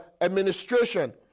administration